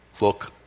look